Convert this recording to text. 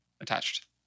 attached